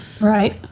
right